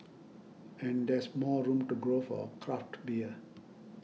and there's more room to grow for craft beer